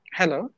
Hello